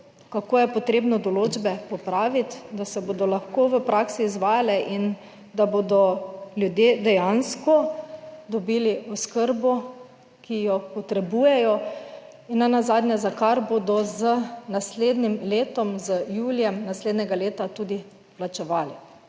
kako je potrebno določbe popraviti, da se bodo lahko v praksi izvajale in da bodo ljudje dejansko dobili oskrbo, ki jo potrebujejo. In nenazadnje, za kar bodo z naslednjim letom, z julijem naslednjega leta tudi plačevali;